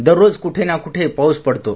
दररोज कुठे ना कुठे पाऊस पडतो